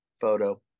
photo